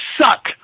suck